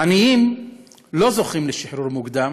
עניים לא זוכים לשחרור מוקדם